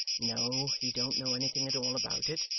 no. he don't know anything at all about it.